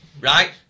Right